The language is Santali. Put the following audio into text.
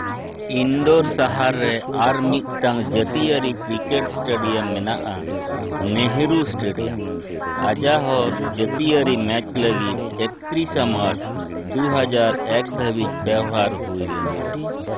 ᱤᱱᱫᱳᱨ ᱥᱟᱦᱟᱨ ᱨᱮ ᱟᱨ ᱢᱤᱫᱴᱟᱝ ᱡᱟᱹᱛᱤᱭᱟᱹᱨᱤ ᱠᱨᱤᱠᱮᱹᱴ ᱥᱴᱮᱰᱤᱭᱟᱢ ᱢᱮᱱᱟᱜᱼᱟ ᱱᱮᱦᱮᱨᱩ ᱥᱴᱮᱰᱤᱭᱟᱢ ᱟᱡᱟᱦᱚᱫ ᱡᱟᱹᱛᱭᱟᱨᱤ ᱢᱮᱪ ᱞᱟᱹᱜᱤᱫ ᱮᱠᱛᱤᱨᱤᱥᱟ ᱢᱟᱨᱪ ᱫᱩ ᱦᱟᱡᱟᱨ ᱮᱠ ᱫᱷᱟᱹᱵᱤᱡ ᱵᱮᱣᱦᱟᱨ ᱦᱩᱭ ᱞᱮᱱᱟ